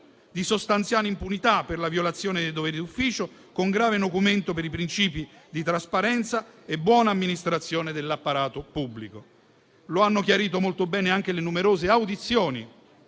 di sostanziale impunità per la violazione dei doveri d'ufficio, con grave nocumento per i principi di trasparenza e buona amministrazione dell'apparato pubblico. Lo hanno chiarito molto bene anche le numerose audizioni